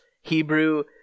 Hebrew